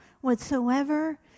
whatsoever